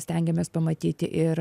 stengiamės pamatyti ir